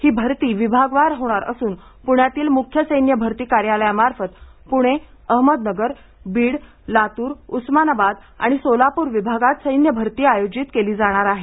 ही भरती विभागवार होणार असून पुण्यातील मुख्य सैन्य भरती कार्यालयामार्फत पुणे अहमदनगर बीड लातूर उस्मानाबाद आणि सोलापूर विभागात सैन्य भरती आयोजित केली जाणार आहे